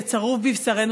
זה צרוב בבשרנו,